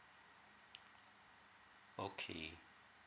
okay